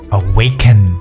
Awaken